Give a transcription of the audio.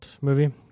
movie